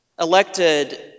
elected